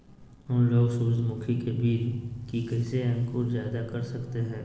हमलोग सूरजमुखी के बिज की कैसे अंकुर जायदा कर सकते हैं?